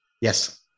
Yes